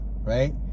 right